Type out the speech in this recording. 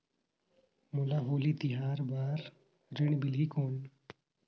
मोला होली तिहार बार ऋण मिलही कौन?